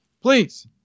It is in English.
please